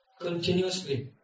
continuously